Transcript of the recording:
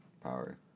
power